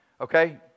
okay